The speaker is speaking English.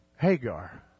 Hagar